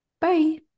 Bye